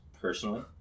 personally